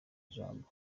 ijambo